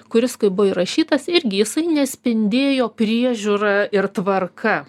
kuris kai buvo įrašytas irgi jisai nespindėjo priežiūra ir tvarka